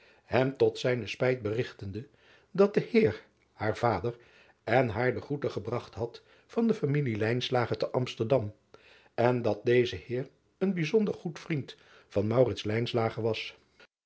hem tot zijne spijt berigtende dat die eer haar vader en haar de groete gebragt had van de familie te msterdam en dat deze eer een bijzonder goed vriend van was